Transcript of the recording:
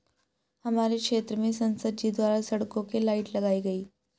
हमारे क्षेत्र में संसद जी द्वारा सड़कों के लाइट लगाई गई